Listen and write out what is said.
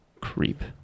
Creep